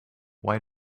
why